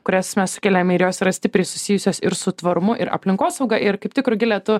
kurias mes sukeliam ir jos yra stipriai susijusios ir su tvarumu ir aplinkosauga ir kaip rugile tu